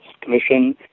Commission